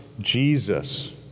Jesus